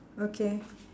okay